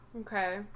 Okay